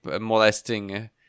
molesting